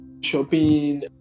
shopping